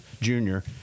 Junior